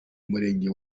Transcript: murenge